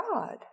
God